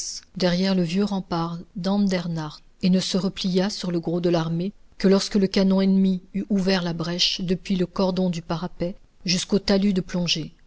derrière le vieux rempart d'andernach et ne se replia sur le gros de l'armée que lorsque le canon ennemi eut ouvert la brèche depuis le cordon du parapet jusqu'au talus de plongée